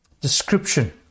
description